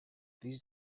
these